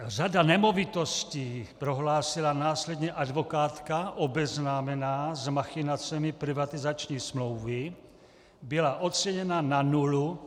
Řada nemovitostí, prohlásila následně advokátka obeznámená s machinacemi privatizační smlouvy, byla oceněna na nulu.